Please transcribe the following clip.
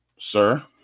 sir